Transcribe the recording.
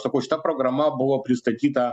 sakau šita programa buvo pristatyta